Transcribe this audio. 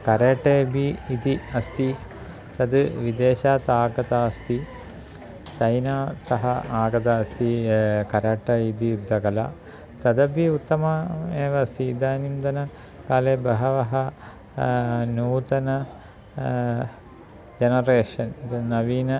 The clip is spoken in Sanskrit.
कराटे अपि इति अस्ति तद् विदेशात् आगता अस्ति चैनातः आगता अस्ति करेट इति युद्धकला तदपि उत्तमम् एव अस्ति इदानीन्तनकाले बहवः नूतनं जनरेशन् नवीनं